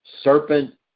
serpent